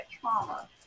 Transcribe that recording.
trauma